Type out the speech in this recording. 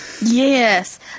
Yes